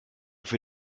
für